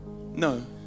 no